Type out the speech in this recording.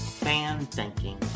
fan-thinking